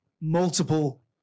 multiple